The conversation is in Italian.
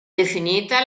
definita